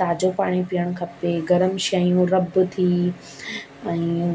ताज़ो पाणी पीअणु खपे गरम शयूं रब थी ऐं